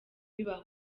bibaha